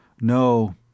No